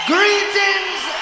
Greetings